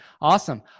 awesome